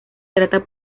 trata